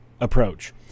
approach